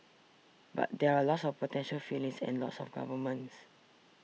but there are lots of potential feelings and lots of governments